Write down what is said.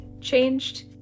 changed